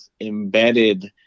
embedded